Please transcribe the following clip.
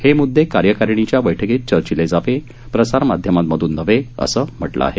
हे मुददे कार्यकारिणीच्या बैठकीत चर्चिले जावे प्रसारमाध्यमांमधून नव्हे असं म्हटलं आहे